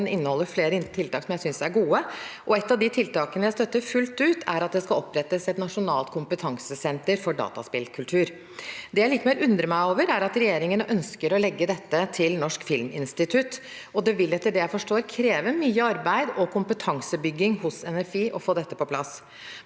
Den inneholder flere tiltak som jeg synes er gode, og et av de tiltakene jeg støtter fullt ut, er at det skal opprettes et nasjonalt kompetansesenter for dataspillkultur. Det jeg likevel undrer meg over, er at regjeringen ønsker å legge dette til Norsk filminstitutt. Det vil, etter det jeg forstår, kreve mye arbeid og kompetansebygging hos NFI for å få dette på plass.